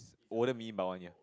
older me by one year